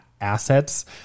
assets